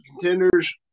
contenders